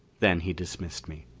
then he dismissed me.